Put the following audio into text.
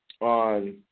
on